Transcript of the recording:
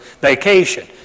vacation